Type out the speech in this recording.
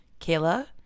Kayla